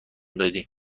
میدی